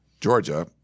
Georgia